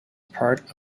part